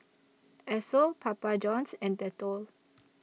Esso Papa Johns and Dettol